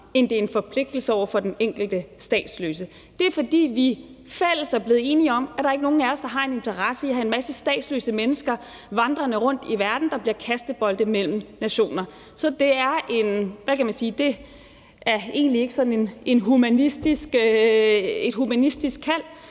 end det er en forpligtelse over for den enkelte statsløse, og det er, fordi vi i fællesskab er blevet enige om, at der ikke er nogen af os, der har en interesse i at have en masse statsløse mennesker vandrende rundt i verden, der bliver kastebolde mellem nationer. Så det er egentlig, hvad kan